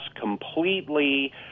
completely